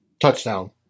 touchdown